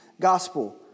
gospel